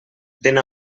dent